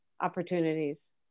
opportunities